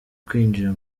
kwinjira